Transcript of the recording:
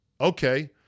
Okay